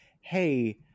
hey